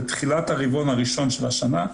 בתחילת הרבעון הראשון של השנה,